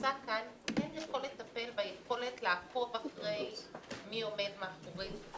שמוצע כאן כן יכול לטפל ביכולת לעקוב אחרי מי עומד מאחורי זה.